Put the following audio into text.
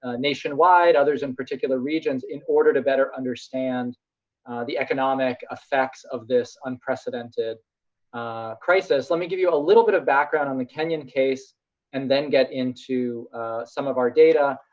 ah nationwide others in particular regions, in order to better understand the economic effects of this unprecedented crisis. let me give you a little bit of background on the kenyan case and then get into some of our data.